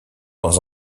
dans